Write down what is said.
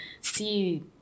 see